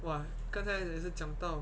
!wah! 刚才也是讲到